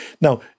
Now